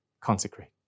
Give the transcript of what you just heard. consecrate